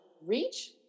reach